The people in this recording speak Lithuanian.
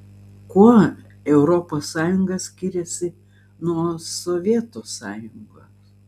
kuo europos sąjunga skiriasi nuo sovietų sąjungos